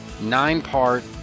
nine-part